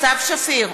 סתיו שפיר,